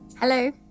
Hello